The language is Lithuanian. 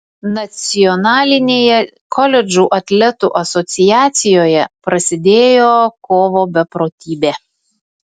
nacionalinėje koledžų atletų asociacijoje prasidėjo kovo beprotybė